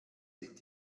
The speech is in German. sind